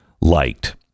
liked